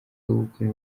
gukora